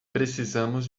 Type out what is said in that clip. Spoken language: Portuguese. precisamos